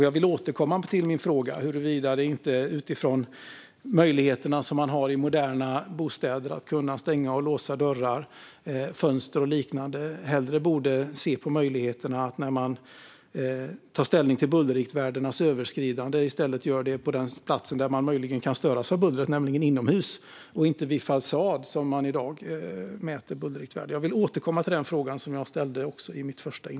Jag vill därför återkomma till min fråga huruvida det utifrån möjligheterna som finns i moderna bostäder att stänga och låsa dörrar, fönster och liknande hellre borde mätas på den plats där den boende möjligen kan störas av bullret, nämligen inomhus och inte vid fasad där man i dag mäter bullerriktvärden.